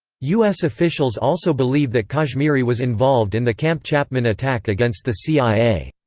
us officials also believe that kashmiri was involved in the camp chapman attack against the cia.